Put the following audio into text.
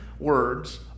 Words